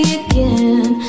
again